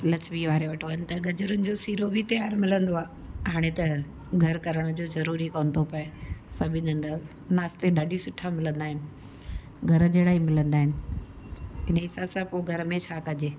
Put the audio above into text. लक्ष्मी वारे वटि वञु त गजरुनि जो सीरो बि तयारु मिलंदो आहे हाणे त घर करण जो ज़रूरी कोन थो पए सभिनि हंधि नाश्ते ॾाढी सुठा मिलंदा आहिनि घर जहिड़ा ई मिलंदा आहिनि इन ई सां पोइ घर में छा कॼे